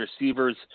receivers